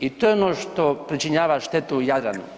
I to je ono što pričinjava štetu Jadranu.